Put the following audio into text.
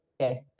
okay